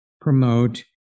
promote